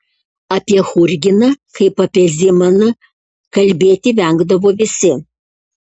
apie churginą kaip apie zimaną kalbėti vengdavo visi